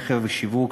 מכר ושיווק,